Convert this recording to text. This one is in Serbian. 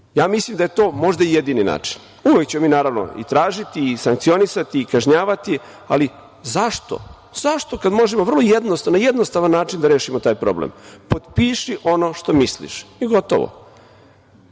uradio. Mislim da je to možda i jedini način. Uvek ćemo mi naravno i tražiti i sankcionisati i kažnjavati, ali zašto kada možemo vrlo jednostavno, na jednostavan način da rešimo taj problem. Potpiši ono što misliš i gotovo. Verujem